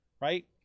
Right